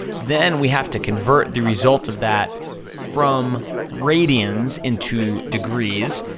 then we have to convert the result of that from radians into degrees.